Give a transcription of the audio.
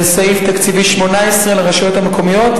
לסעיף תקציבי 18 לרשויות המקומיות,